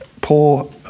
pull